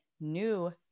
new